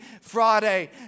Friday